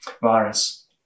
virus